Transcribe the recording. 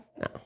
No